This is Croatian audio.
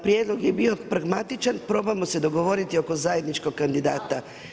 Prijedlog je bio pragmatičan, probajmo se dogovoriti oko zajedničko kandidata.